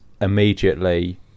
immediately